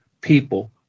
people